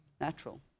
natural